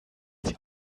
sie